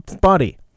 body